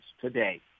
today